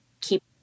keep